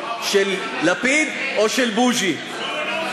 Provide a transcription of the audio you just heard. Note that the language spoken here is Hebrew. של לפיד או של בוז'י.